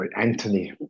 Anthony